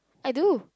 I do